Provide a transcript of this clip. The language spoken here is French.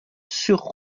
sur